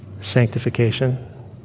sanctification